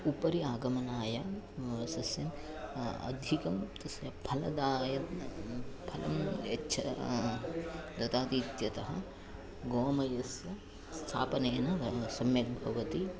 उपरि आगमनाय सस्यम् अधिकं तस्य फलदायकं फलं यच्छ ददाति इत्यतः गोमयस्य स्थापनेन सम्यक् भवति